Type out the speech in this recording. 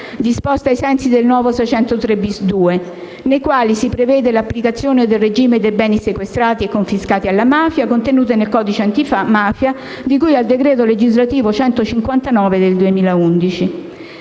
disposta ai sensi del nuovo 603-*bis*.2, nei quali si prevede l'applicazione del regime dei beni sequestrati e confiscati alla mafia contenute nel codice antimafia di cui al decreto legislativo n. 159 del 2011.